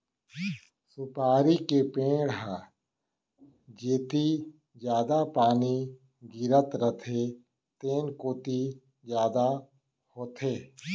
सुपारी के पेड़ ह जेती जादा पानी गिरत रथे तेन कोती जादा होथे